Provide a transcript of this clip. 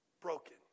broken